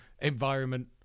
environment